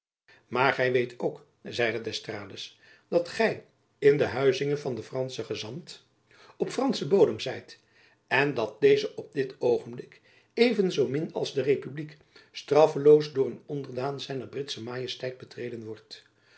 maar gy weet ook zeide d'estrades dat gy in de huizinge van den franschen gezant op franschen jacob van lennep elizabeth musch bodem zijt en dat deze op dit oogenblik even zoo min als de republiek straffeloos door een onderdaan zijner britsche majesteit betreden wordt